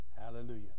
Hallelujah